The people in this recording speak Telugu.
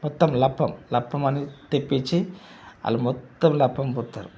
మొత్తం లప్పం లప్పం అనేది తెప్పించి వాళ్ళు మొత్తం లప్పం పూస్తారు